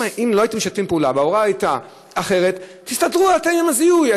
אם לא הייתם משתפים פעולה וההוראה הייתה אחרת: תסתדרו אתם עם הזיהוי.